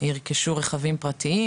ירכשו רכבים פרטיים,